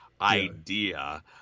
idea –